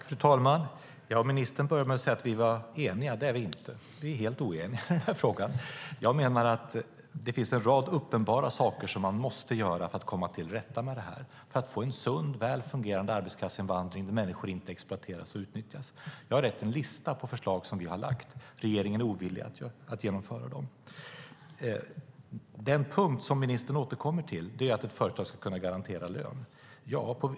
Fru talman! Ministern började med att säga att vi är eniga. Det är vi inte; vi är helt oeniga i den här frågan. Jag menar att det finns en rad uppenbara saker som man måste göra för att komma till rätta med detta och få en sund väl fungerande arbetskraftsinvandring där människor inte exploateras och utnyttjas. Jag har lämnat en lista på förslag som vi har lagt fram. Regeringen är ovillig att genomföra dem. Den punkt som ministern återkommer till är att ett företag ska kunna garantera lön.